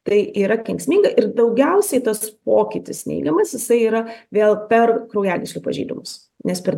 tai yra kenksminga ir daugiausiai tas pokytis neigiamas jisai yra vėl per kraujagyslių pažeidimus nes per